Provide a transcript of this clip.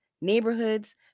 neighborhoods